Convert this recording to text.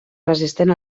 resistent